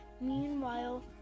Meanwhile